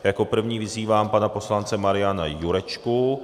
Jako první vyzývám pana poslance Mariana Jurečku.